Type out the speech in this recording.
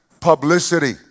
publicity